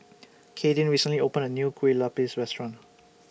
Kadyn recently opened A New Kueh Lupis Restaurant